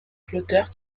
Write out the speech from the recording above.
flotteurs